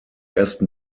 ersten